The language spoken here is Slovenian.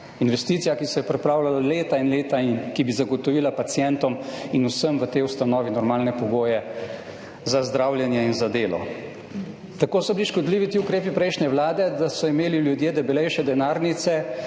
Investicija, ki se je pripravljala leta in leta, in ki bi zagotovila pacientom in vsem v tej ustanovi normalne pogoje za zdravljenje in za delo. Tako so bili škodljivi ti ukrepi prejšnje Vlade, da so imeli ljudje debelejše denarnice,